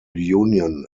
union